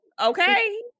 Okay